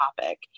topic